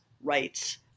rights